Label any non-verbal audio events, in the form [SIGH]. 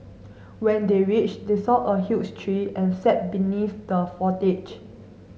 when they reached they saw a huge tree and sat beneath the [UNINTELLIGIBLE]